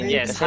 Yes